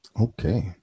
Okay